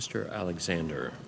mr alexander